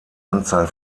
anzahl